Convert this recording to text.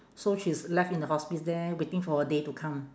so she's left in the hospice there waiting for her day to come